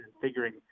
figuring